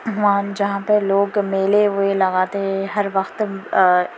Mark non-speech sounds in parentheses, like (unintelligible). وہاں جہاں پر لوگ میلے (unintelligible) لگاتے ہیں ہر وقت